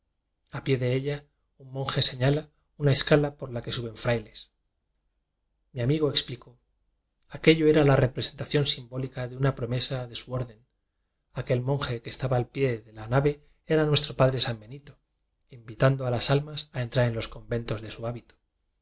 ai pie de ella un monje eñala una escala por la que suben frailes amigo explicó aquello era la represen t a n simbólica de una promesa de su orc en aquel monje que estaba al pie de la nave era nuestro padre san benito invi tando a las almas a entrar en los conven tos de su hábito